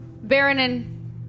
Baronin